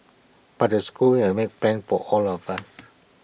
but the school has made plans for all of us